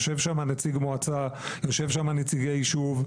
יושב שם נציג מועצה, יושבים שם נציגי יישוב.